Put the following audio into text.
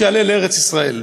שיעלה לארץ-ישראל.